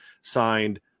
signed